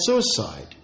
suicide